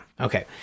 okay